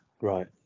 Right